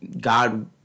God